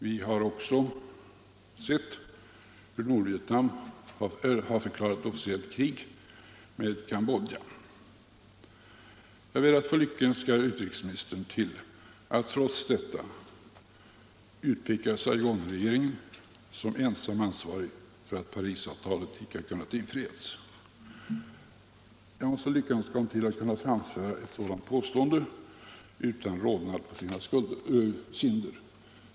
Vi har också sett hur Nordvietnam har förklarat officiellt krig mot Cam bodja. Jag ber att få lyckönska herr utrikesministern till att trots detta utpeka Saigonregeringen som ensam ansvarig för att Parisavtalet inte har kunnat genomföras. Jag måste lyckönska honom till att kunna framföra ett sådant påstående utan rodnad på sina kinder.